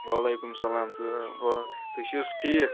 وعلیکُم سلام تُہۍ چھِو حظ ٹھیٖک